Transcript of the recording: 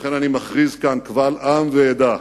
ולכן אני מכריז כאן קבל עם ועדה: